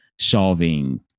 solving